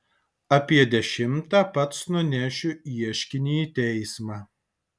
apie dešimtą pats nunešiu ieškinį į teismą